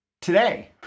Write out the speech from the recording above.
today